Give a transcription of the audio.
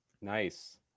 nice